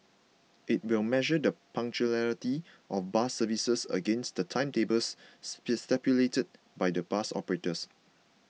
it will measure the punctuality of bus services against the timetables stipulated by the bus operators